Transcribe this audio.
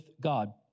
God